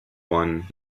one